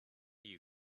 you